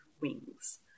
wings